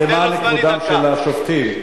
למען כבודם של השובתים.